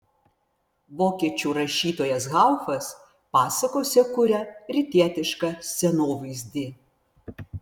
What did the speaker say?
vokiečių rašytojas haufas pasakose kuria rytietišką scenovaizdį